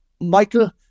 Michael